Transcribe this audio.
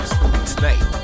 tonight